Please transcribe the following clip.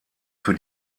für